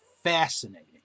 fascinating